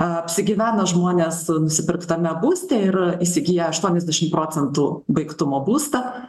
apsigyvena žmonės nusipirktame būste ir įsigiję aštuoniasdešimt procentų baigtumo būstą